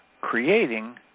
Creating